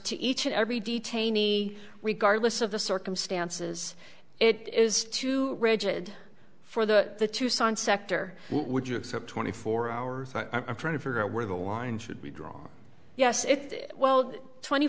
to each and every detainee regardless of the circumstances it is too rigid for that the tucson sector would you accept twenty four hours i'm trying to figure out where the line should be drawn yes it well